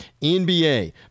NBA